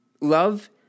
Love